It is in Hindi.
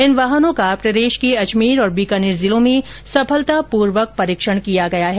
इन वाहनों का प्रदेश के अजमेर और बीकानेर जिलों में सफलतापूर्वक परीक्षण किया गया है